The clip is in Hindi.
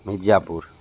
मिर्जापुर